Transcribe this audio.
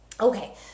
Okay